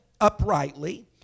uprightly